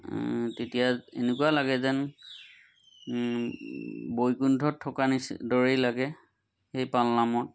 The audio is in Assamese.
তেতিয়া এনেকুৱা লাগে বৈকুণ্ঠত থকা নিচি দৰেই লাগে সেই পালনামত